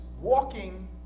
Walking